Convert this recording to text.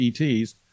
ETs